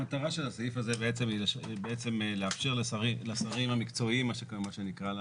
המטרה של הסעיף זה היא בעצם לאפשר לשרים המקצועיים מה שנקרא,